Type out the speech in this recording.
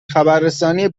خبررسانی